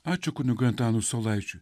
ačiū kunigui antanui saulaičiui